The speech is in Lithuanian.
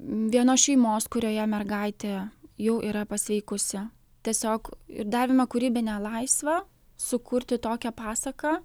vienos šeimos kurioje mergaitė jau yra pasveikusi tiesiog ir darėme kūrybinę laisvę sukurti tokią pasaką